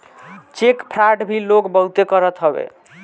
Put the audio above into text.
check fraud भी लोग बहुते करत हवे